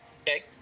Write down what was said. Okay